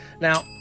Now